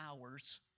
hours